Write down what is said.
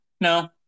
no